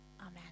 Amen